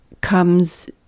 comes